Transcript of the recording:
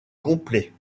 complet